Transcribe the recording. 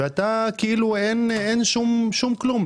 אתה מתייחס כאילו אין שום כלום,